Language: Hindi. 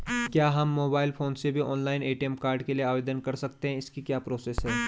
क्या हम मोबाइल फोन से भी ऑनलाइन ए.टी.एम कार्ड के लिए आवेदन कर सकते हैं इसकी क्या प्रोसेस है?